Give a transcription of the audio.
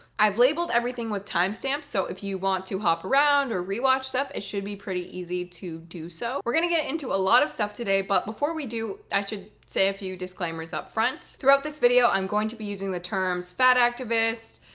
i've labeled everything with timestamps, so if you want to hop around or rewatch stuff, it should be pretty easy to do so. we're gonna get into a lot of stuff today, but before we do i should say a few disclaimers upfront. throughout this video i'm going to be using the terms fat activist,